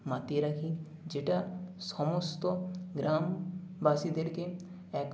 মাতিয়ে রাখি যেটা সমস্ত গ্রামবাসীদেরকে এক